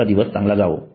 तुमचा दिवस चांगला जावो